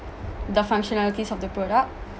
the functionalities of the product